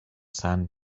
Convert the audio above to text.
sand